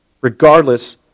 regardless